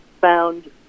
found